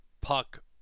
puck